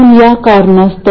मी हे या इथे कॉपी करतोय